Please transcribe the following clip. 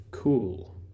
cool